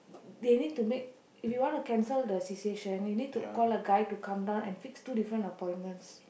they need to make if you want to cancel the cessation you need to call the guy to come down and fix two different appointments